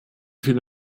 viele